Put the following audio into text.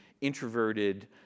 introverted